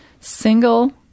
Single